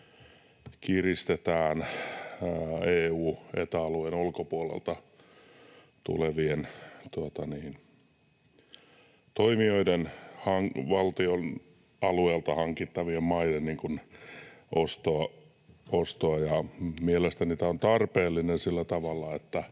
kiristetään EU- ja Eta-alueen ulkopuolelta tulevien toimijoiden valtion alueelta hankittavien maiden ostoa. Mielestäni tämä on tarpeellinen sillä tavalla,